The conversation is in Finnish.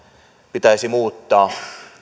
pitäisi muuttaa